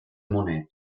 monete